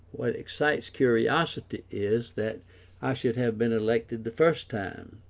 what excites curiosity is that i should have been elected the first time,